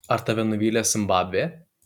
ar tave nuvylė zimbabvė